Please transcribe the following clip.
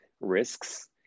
risks